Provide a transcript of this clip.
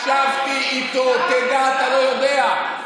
ישבתי איתו, ואת זה אתה לא יודע,